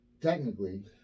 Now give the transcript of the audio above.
technically